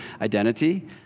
identity